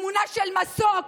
התמונה של מסוק